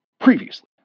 previously